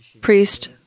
Priest